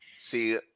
see